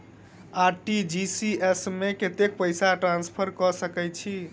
RTGS मे कतेक पैसा ट्रान्सफर कऽ सकैत छी?